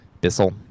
Bissell